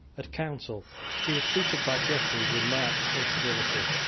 at council he was treated by jeffreys with marked incivility.